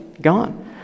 gone